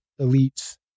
elites